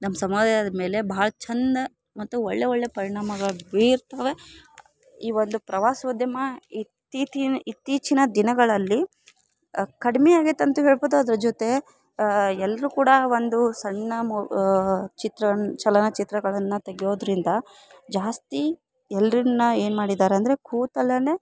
ನಮ್ಮ ಸಮಾಜದ ಮೇಲೆ ಭಾಳ ಚಂದ ಮತ್ತು ಒಳ್ಳೆಯ ಒಳ್ಳೆಯ ಪರಿಣಾಮಗಳು ಬೀರ್ತವೆ ಈ ಒಂದು ಪ್ರವಾಸೋದ್ಯಮ ಇತ್ತಿತ್ತೀನ ಇತ್ತೀಚಿನ ದಿನಗಳಲ್ಲಿ ಕಡಿಮೆ ಆಗೈತೆ ಅಂತು ಹೇಳ್ಬೋದು ಅದ್ರ ಜೊತೆ ಎಲ್ಲರು ಕೂಡ ಒಂದು ಸಣ್ಣ ಮು ಚಿತ್ರಣ ಚಲನಚಿತ್ರಗಳನ್ನ ತೆಗೆಯೋದರಿಂದ ಜಾಸ್ತಿ ಎಲ್ಲರನ್ನ ಏನ್ಮಾಡಿದಾರೆ ಅಂದರೆ ಕೂತಲ್ಲೆನೆ